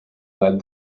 led